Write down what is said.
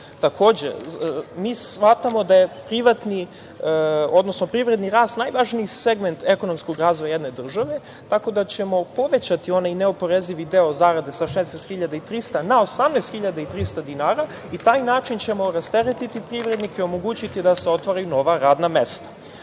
evra. Mi smatramo da je privredni rast najvažniji segment ekonomskog razvoja jedne države, tako da ćemo povećati onaj neoporezivi deo zarade sa 16.300 na 18.300 dinara i na taj način ćemo rasteretiti privrednike, omogućiti da se otvore nova radna